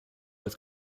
als